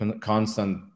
constant